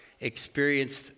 experienced